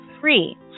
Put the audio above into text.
free